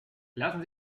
lassen